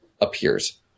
appears